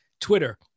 Twitter